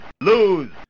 Lose